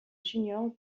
junior